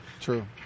true